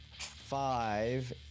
five